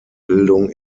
bildung